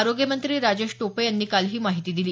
आरोग्यमंत्री राजेश टोपे यांनी काल ही माहिती दिली